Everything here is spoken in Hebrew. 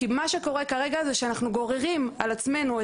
כי מה שקורה כרגע זה שאנחנו גוררים על עצמנו,